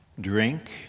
drink